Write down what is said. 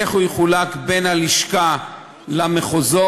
איך הוא יחולק בין הלשכה למחוזות,